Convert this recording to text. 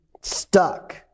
stuck